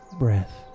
breath